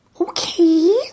Okay